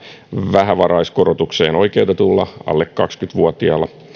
vähävaraiskorotukseen oikeutetulla alle kaksikymmentä vuotiaalla